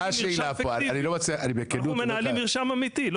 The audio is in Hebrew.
אנחנו מנהלים מרשם אמיתי.